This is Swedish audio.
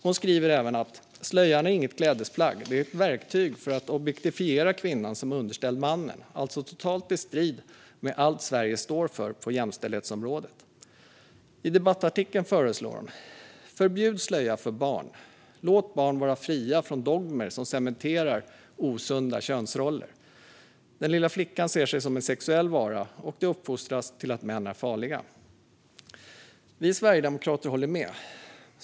Hon skriver även: "Slöjan är inget klädesplagg, det är ett verktyg för att objektifiera kvinnan som underställd mannen, alltså totalt i strid med allt Sverige står för på jämställdhetsområdet." I debattartikeln föreslår hon: "Förbjud slöja för barn. Låt barn vara fria från religiösa dogmer som cementerar osunda könsroller. Den lilla flickan ser sig som en sexuell vara och de uppfostras till att män är farliga." Vi sverigedemokrater håller med.